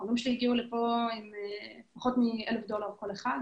ההורים שלי הגיעו לכאן עם פחות מ-1,000 דולר כל אחד.